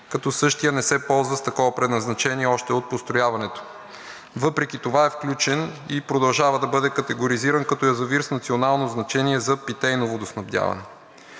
като същият не се ползва с такова предназначение още от построяването. Въпреки това е включен и продължава да бъде категоризиран като язовир с национално значение за питейно водоснабдяване.